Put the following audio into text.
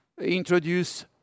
introduce